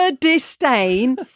disdain